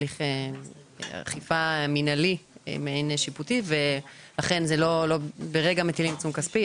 זה הליך אכיפה מינהלי מעין שיפוטי ואכן לא ברגע מטילים עיצום כספים.